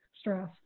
stress